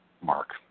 mark